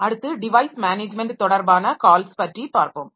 அடுத்து device management தொடர்பான calls பற்றி பார்ப்போம்